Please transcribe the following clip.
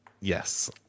yes